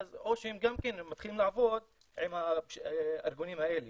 או שהם מתחילים לעבוד עם הארגונים האלה